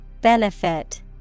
Benefit